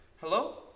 Hello